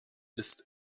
ist